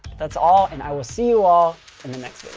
that's all. and i will see you all in the